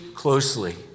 Closely